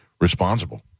responsible